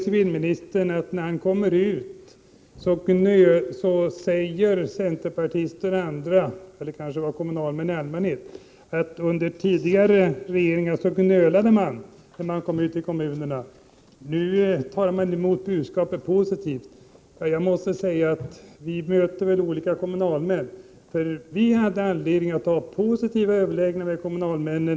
Civilministern sade att när han kommer ut i landet och träffar centerpartister och andra — det var kanske kommunalmän i allmänhet civilministern syftade på — finner han att, medan man under tidigare regeringar gnölade ute i kommunerna, så tar man nu emot budskapet positivt. Civilministern och jag möter tydligen olika kommunalmän. Vi för vår del hade från regeringens sida positiva överläggningar med kommunalmännen.